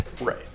Right